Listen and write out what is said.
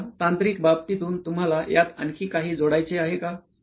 सुप्रा तांत्रिक बाबीतून तुम्हाला यात आणखी काही जोडायचे आहे का